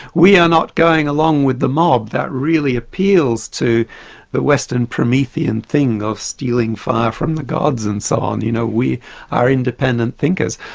we are not going along with the mob. that really appeals to the western promethean thing of stealing fire from the gods and so on you know we are independent thinkers.